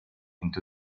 into